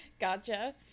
Gotcha